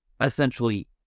essentially